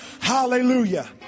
hallelujah